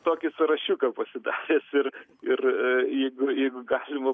tokį sąrašiuką pasidaręs ir ir jeigu jeigu galima